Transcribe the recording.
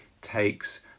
takes